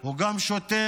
הוא גם שוטר.